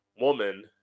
woman